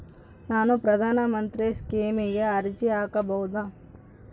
ನಾನು ಪ್ರಧಾನ ಮಂತ್ರಿ ಸ್ಕೇಮಿಗೆ ಅರ್ಜಿ ಹಾಕಬಹುದಾ?